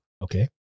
Okay